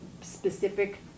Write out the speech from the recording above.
specific